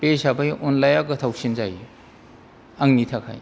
बे हिसाबै अनद्लाया गोथावसिन जायो आंनि थाखाय